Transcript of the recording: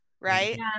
Right